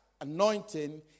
anointing